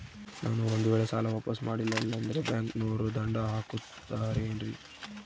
ನಾನು ಒಂದು ವೇಳೆ ಸಾಲ ವಾಪಾಸ್ಸು ಮಾಡಲಿಲ್ಲಂದ್ರೆ ಬ್ಯಾಂಕನೋರು ದಂಡ ಹಾಕತ್ತಾರೇನ್ರಿ?